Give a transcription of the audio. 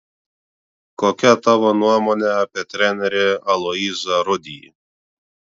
kokia tavo nuomonė apie trenerį aloyzą rudį